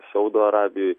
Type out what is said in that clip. saudo arabijoj